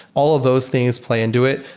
all of those things play into it.